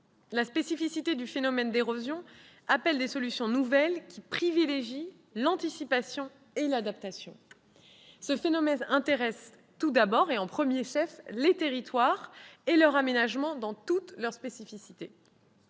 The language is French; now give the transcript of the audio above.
La spécificité du phénomène d'érosion appelle des solutions nouvelles qui privilégient l'anticipation et l'adaptation. Ce phénomène intéresse tout d'abord, et en premier chef, les territoires et leur aménagement dans toutes leurs spécificités.